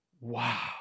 Wow